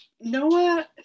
Noah